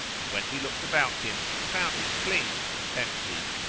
and when he looked about him he found it clean and empty.